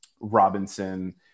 Robinson